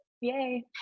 Yay